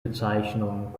bezeichnung